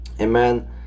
amen